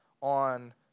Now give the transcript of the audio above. on